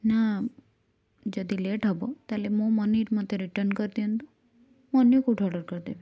ନା ଯଦି ଲେଟ୍ ହେବ ତା'ହେଲେ ମୋ ମନି ମୋତେ ରିଟର୍ନ୍ କରିଦିଅନ୍ତୁ ମୁଁ ଅନ୍ୟ କେଉଁଠୁ ଅର୍ଡ଼ର କରିଦେବି